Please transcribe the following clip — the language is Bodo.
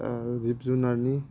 जिब जुनारनि